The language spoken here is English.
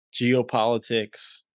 geopolitics